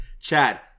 Chad